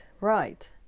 right